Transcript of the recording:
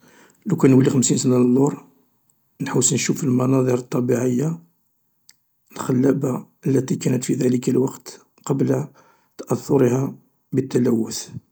لوكان نولي خمسين سنة للوراء نحوس نشوف المناظر الطبيعية الخلابة التي كانت في ذلك الوقت قبل تأثرها بالتلوث.